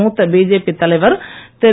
மூத்த பிஜேபி தலைவர் திரு